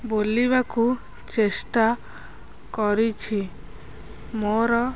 ବୋଲିବାକୁ ଚେଷ୍ଟା କରିଛି ମୋର